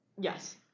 Yes